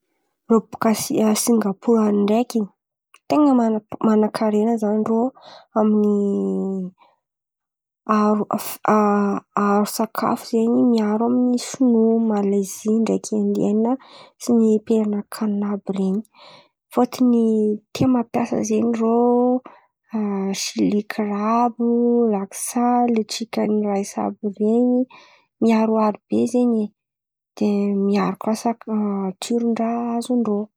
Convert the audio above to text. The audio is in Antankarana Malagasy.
Rô bôka Singa- Singapor any ndreky ten̈a man̈a- man̈an-kerena zany rô amin'ny aharo aharo sakafo zen̈y miaro amin'ny sinoa, malaizy ndreky aindiainina sy ny perokanina àby ren̈y. Fôtony tia mampiasa zen̈y rô silikrao, lasaly, sikeny raìsy àby ren̈y. Miaroaro be zen̈y de miaro kà saka tsiron-draha azondrô.